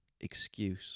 excuse